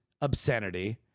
obscenity